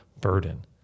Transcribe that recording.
burden